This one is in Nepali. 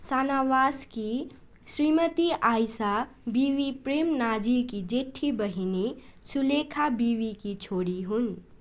सानावासकी श्रीमती आइसा बिवी प्रेम नाजिरकी जेठी बहिनी सुलेखा बिवीकी छोरी हुन्